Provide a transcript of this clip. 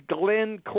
Glenn